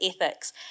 ethics